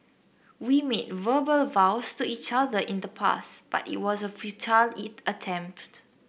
we made verbal vows to each other in the past but it was a futile attempt